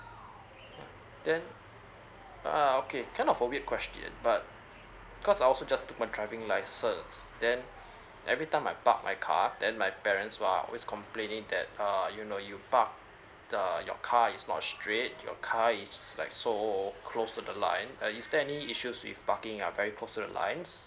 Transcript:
yeah then err okay kind of a weird question but because I also just took my driving license then every time I park my card then my parents are complaining that err you know you park the your car is not straight your car it's like so close to the line uh is there any issues if parking are very close to the lines